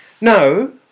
No